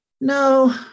No